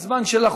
זהו הזמן שלך.